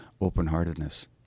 open-heartedness